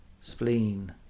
spleen